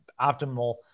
optimal